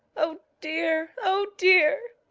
oh, dear! oh, dear!